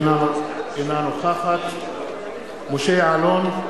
אינה נוכחת משה יעלון,